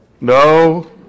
No